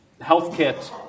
HealthKit